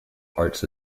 arts